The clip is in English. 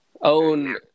own